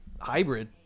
hybrid